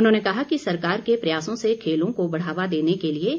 उन्होंने कहा कि सरकार के प्रयासों से खेलों को बढ़ावा देने के लिए